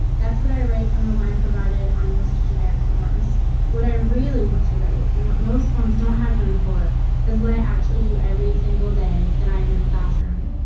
that's what i write on the line provided on most generic forms. would i really want to write and what most forms don't have room for is what i actually do every single day that i am in the classroom.